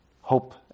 hope